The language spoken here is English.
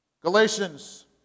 Galatians